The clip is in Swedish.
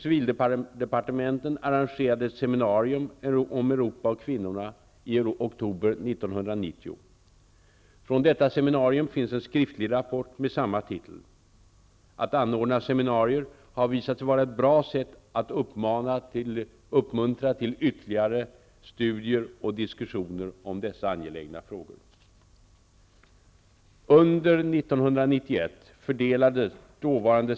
Civildepartementen arrangerade ett seminarium om Europa och kvinnorna i oktober 1990. Från detta seminarium finns en skriftlig rapport med samma titel. Att anordna seminarier har visat sig vara ett bra sätt att uppmuntra till ytterligare studier och diskussioner om dessa angelägna frågor.